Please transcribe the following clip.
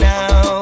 Now